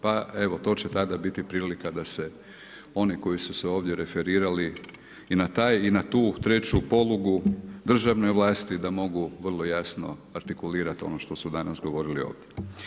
Pa evo, to će tada biti prilika da se oni koji su se ovdje referirali i na taj i na tu treću polugu državne vlasti da mogu vrlo jasno artikulirati ono što su danas govorili ovdje.